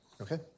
Okay